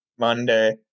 Monday